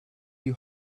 die